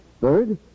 Third